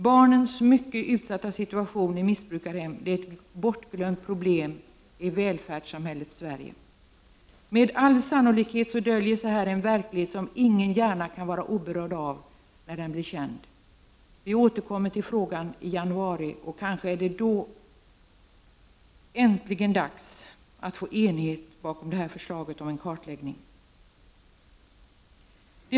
Barnens mycket utsatta situation i missbrukarhem är ett bortglömt problem i välfärdssamhället Sverige. Med all sannolikhet döljer sig här en verklighet, som ingen gärna kan vara oberörd av när den väl blir känd. Vi återkommer till frågan i januari. Kanske är det då äntligen dags att få en enighet om förslaget till en kartläggning på detta område.